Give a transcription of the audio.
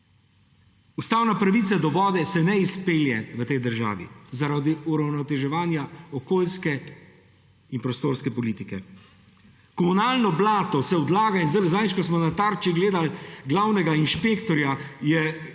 Ustavna pravica do vode se ne izpelje v tej državi zaradi uravnoteževanja okoljske in prostorske politike. Komunalno blato se odlaga. Zadnjič, ko smo na Tarči gledali glavnega inšpektorja, je